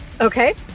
Okay